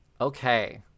Okay